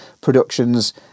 productions